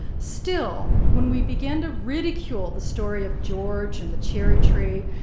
still, when we begin to ridicule the story of george and the cherry tree,